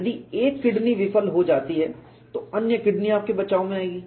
यदि एक किडनी विफल हो जाती है तो अन्य किडनी आपके बचाव में आयेगी